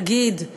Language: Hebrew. נגיד כוהן,